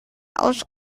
aus